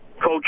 coach